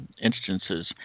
instances